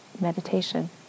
meditation